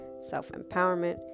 self-empowerment